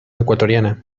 ecuatoriana